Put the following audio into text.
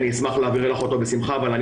אני אשמח להעביר לך אותו בשמחה אבל אני